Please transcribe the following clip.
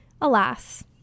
Alas